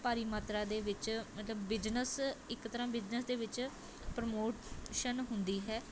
ਭਾਰੀ ਮਾਤਰਾ ਦੇ ਵਿੱਚ ਮਤਲਬ ਬਿਜਨਸ ਇੱਕ ਤਰ੍ਹਾਂ ਬਿਜਨਸ ਦੇ ਵਿੱਚ ਪ੍ਰਮੋਸ਼ਨ ਹੁੰਦੀ ਹੈ